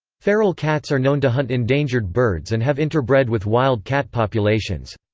feral cats are known to hunt endangered birds and have interbred with wild cat populations.